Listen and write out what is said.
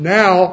now